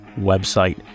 website